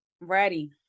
Ready